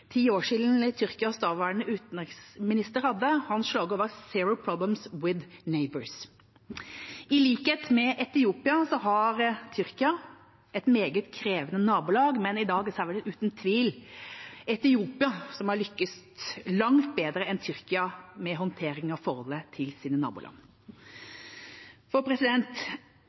ti år siden. Hans slagord var «Zero Problems with our Neighbours». I likhet med Etiopia har Tyrkia et meget krevende nabolag, men i dag har vel uten tvil Etiopia lyktes langt bedre enn Tyrkia med håndteringen av forholdet til sine naboland.